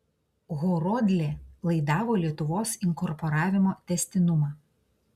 horodlė laidavo lietuvos inkorporavimo tęstinumą